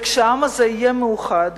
וכשהעם הזה יהיה מאוחד